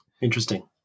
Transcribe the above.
Interesting